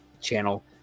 channel